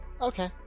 Okay